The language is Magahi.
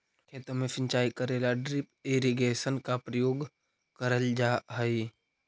खेतों में सिंचाई करे ला ड्रिप इरिगेशन का प्रयोग करल जा हई